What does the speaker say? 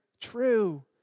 True